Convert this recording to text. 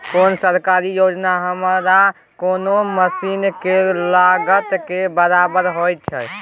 कोन सरकारी योजना हमरा कोनो मसीन के लागत के बराबर होय छै?